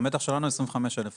המתח שלנו 25,000 ולט.